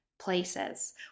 places